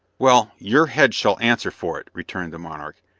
well, your head shall answer for it, returned the monarch,